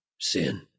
sin